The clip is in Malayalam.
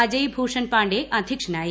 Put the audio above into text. അജയ് ഭൂഷൺ പാണ്ഡെ അധ്യക്ഷനായി